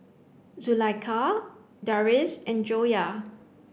Zulaikha Deris and Joyah